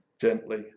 gently